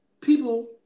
people